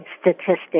statistics